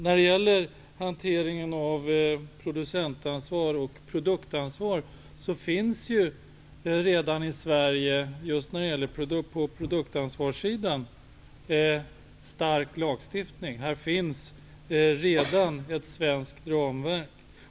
När det gäller hanteringen av produktansvar finns det redan lagstiftning i Sverige. Det finns redan ett svenskt ramverk.